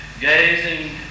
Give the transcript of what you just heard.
gazing